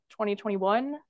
2021